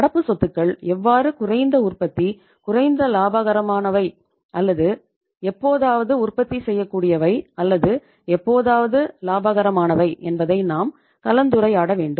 நடப்பு சொத்துக்கள் எவ்வாறு குறைந்த உற்பத்தி குறைந்த இலாபகரமானவை அல்லது எப்போதாவது உற்பத்தி செய்யக்கூடியவை அல்லது எப்போதாவது லாபகரமானவை என்பதை நாம் கலந்துரையாட வேண்டும்